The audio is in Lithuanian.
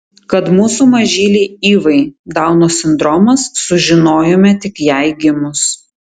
kad mūsų mažylei ivai dauno sindromas sužinojome tik jai gimus